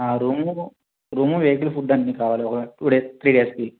room room vehicle food అన్ని కావలి కదా టూ డేస్ త్రీ డేస్కి